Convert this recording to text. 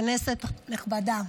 כנסת נכבדה,